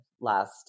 last